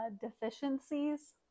deficiencies